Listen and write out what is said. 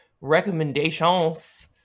recommendations